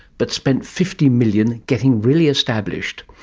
but spent fifty million getting really established.